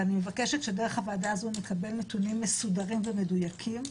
ואני מבקשת שדרך הוועדה הזו נקבל נתונים מסודרים ומדויקים,